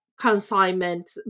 consignment